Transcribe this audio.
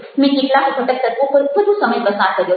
મે કેટલાક ઘટકતત્વો પર વધુ સમય પસાર કર્યો છે